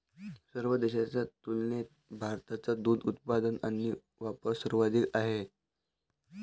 सर्व देशांच्या तुलनेत भारताचा दुग्ध उत्पादन आणि वापर सर्वाधिक आहे